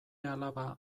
alaba